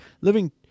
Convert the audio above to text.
living